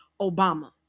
Obama